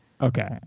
Okay